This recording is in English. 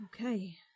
Okay